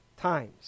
times